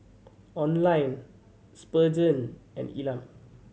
Oline Spurgeon and Elam